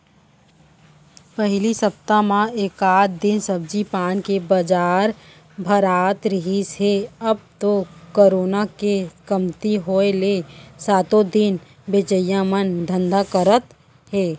पहिली सप्ता म एकात दिन सब्जी पान के बजार भरात रिहिस हे अब तो करोना के कमती होय ले सातो दिन बेचइया मन धंधा करत हे